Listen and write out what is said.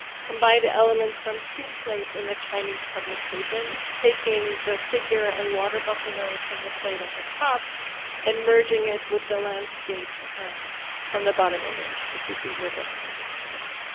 combined elements from two plates in the chinese publication, taking the figure and water buffalo from the plate at the top and merging it with the landscape from the bottom image, which we see in reverse in the print.